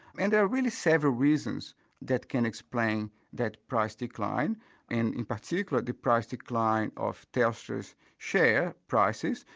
and really several reasons that can explain that price decline, and in particular the price decline of telstra's share prices,